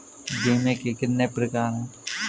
बीमे के कितने प्रकार हैं?